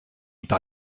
par